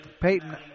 Peyton